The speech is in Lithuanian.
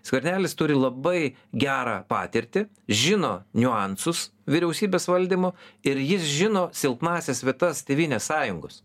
skvernelis turi labai gerą patirtį žino niuansus vyriausybės valdymo ir jis žino silpnąsias vietas tėvynės sąjungos